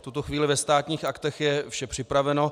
V tuto chvíli ve Státních aktech je vše připraveno.